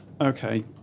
Okay